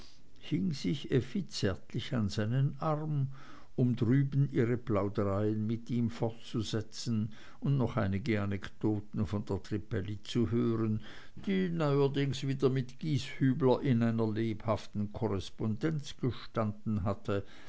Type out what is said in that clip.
sich effi zärtlich an seinen arm um drüben ihre plaudereien mit ihm fortzusetzen und noch einige anekdoten von der trippelli zu hören die neuerdings wieder mit gieshübler in einer lebhaften korrespondenz gestanden hatte